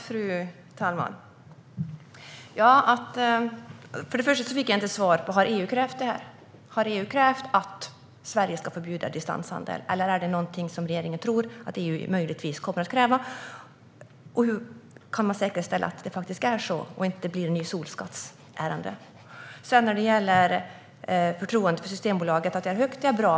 Fru talman! Först och främst fick jag inte svar på frågan: Har EU krävt detta? Har EU krävt att Sverige ska förbjuda distanshandel? Eller tror regeringen att EU möjligtvis kommer att kräva det? Hur kan man säkerställa att det faktiskt är så och att det inte blir ett nytt solskattsärende? Förtroendet för Systembolaget är högt. Det är bra.